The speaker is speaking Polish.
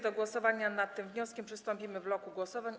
Do głosowania nad tym wnioskiem przystąpimy w bloku głosowań.